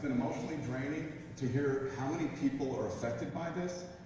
mostly draining to hear how many people are affected by this.